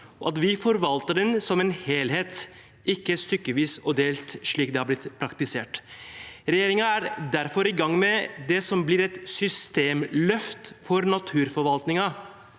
og at vi forvalter den som en helhet, ikke stykkevis og delt, slik det har blitt praktisert. Regjeringen er derfor i gang med det som blir et systemløft for naturforvaltningen.